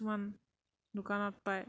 কিছুমান দোকানত পায়